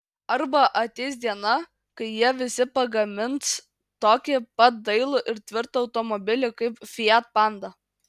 arba ateis diena kai jie visi pagamins tokį pat dailų ir tvirtą automobilį kaip fiat panda